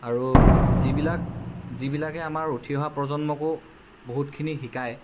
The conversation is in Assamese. আৰু যিবিলাক যিবিলাকে আমাৰ উঠি অহা প্ৰজন্মকো বহুতখিনি শিকায়